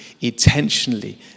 intentionally